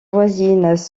voisines